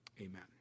Amen